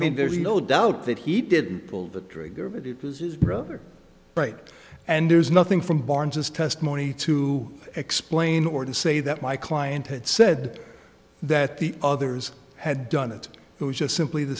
mean there's no doubt that he didn't pull the trigger but it was his brother right and there's nothing from barnes's testimony to explain or to say that my client had said that the others had done it it was just simply the